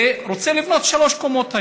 והוא רוצה לבנות שלוש קומות היום.